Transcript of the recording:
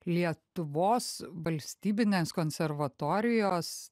lietuvos valstybinės konservatorijos